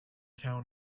town